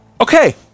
okay